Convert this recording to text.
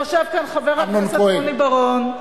יושב כאן חבר הכנסת רוני בר-און.